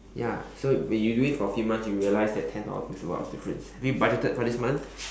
ya so when you do it for few months you realise that ten dollars makes a lot of difference have you budgeted for this month